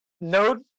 Node